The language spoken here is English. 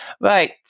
Right